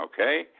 Okay